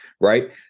right